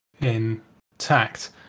intact